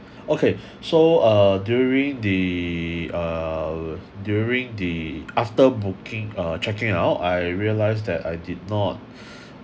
okay so uh during the uh during the after booking uh checking out I realised that I did not